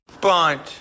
Bunt